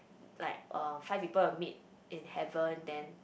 like uh five people will meet in heaven then